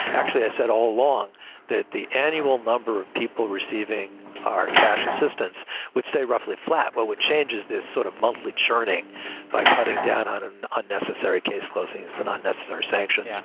actually, i said all along that the annual number of people receiving our cash assistance would stay roughly flat. what would change is this sort of monthly churning by putting down on an unnecessary case closings and unnecessary sanctions. yeah